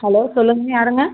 hello சொல்லுங்கள் யாருங்க